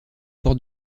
ports